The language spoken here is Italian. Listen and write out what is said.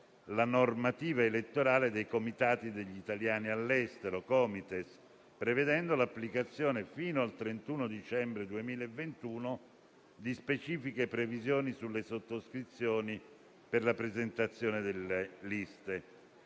la normativa elettorale dei Comitati degli italiani all'estero (Comites), prevedendo l'applicazione fino al 31 dicembre 2021 di specifiche previsioni sulle sottoscrizioni per la presentazione delle liste.